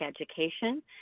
education